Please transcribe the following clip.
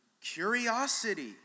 curiosity